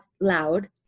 loud